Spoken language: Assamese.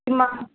কিমান